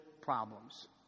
problems